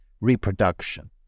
reproduction